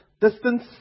distance